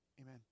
Amen